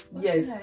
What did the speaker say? Yes